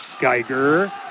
Geiger